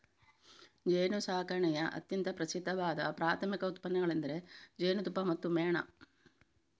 ಜೇನುಸಾಕಣೆಯ ಅತ್ಯಂತ ಪ್ರಸಿದ್ಧವಾದ ಪ್ರಾಥಮಿಕ ಉತ್ಪನ್ನಗಳೆಂದರೆ ಜೇನುತುಪ್ಪ ಮತ್ತು ಮೇಣ